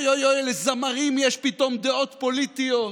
אוי אוי אוי, לזמרים יש פתאום דעות פוליטיות.